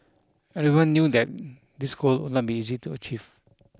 everyone knew that this goal would not be easy to achieve